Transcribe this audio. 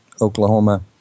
Oklahoma